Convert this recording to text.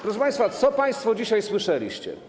Proszę państwa, co państwo dzisiaj słyszeliście?